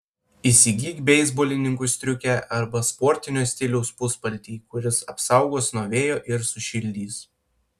įsigyk beisbolininkų striukę arba sportinio stiliaus puspaltį kuris apsaugos nuo vėjo ir sušildys